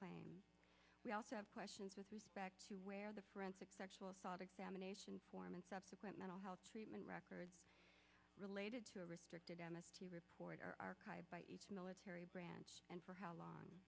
and we also have questions with respect to where the forensic sexual assault examination form and subsequent mental health treatment records related to a restricted m s g report are by each military branch and for how long